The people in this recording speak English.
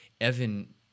Evan